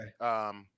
Okay